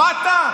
שמעת?